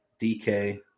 DK